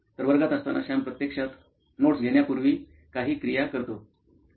तर वर्गात असताना सॅम प्रत्यक्षात नोट्स घेण्यापूर्वी काही क्रिया करतो काय